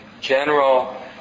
general